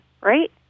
right